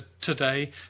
today